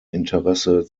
interesse